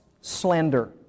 slander